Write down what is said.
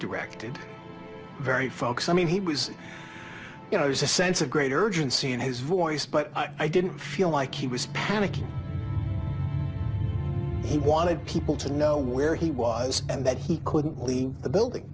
directed very folks i mean he was you know there's a sense of great urgency in his voice but i didn't feel like he was panicking he wanted people to know where he was and that he couldn't leave the building